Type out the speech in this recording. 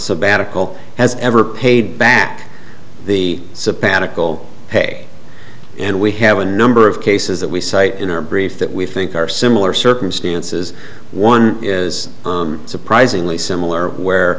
sabbatical has ever paid back the sabbatical pay and we have a number of cases that we cite in our brief that we think are similar circumstances one is surprisingly similar